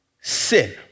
sin